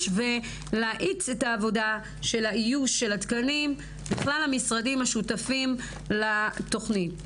ולהאיץ את העבודה של איוש התקנים בכלל המשרדים השותפים לתוכנית.